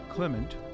Clement